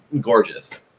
gorgeous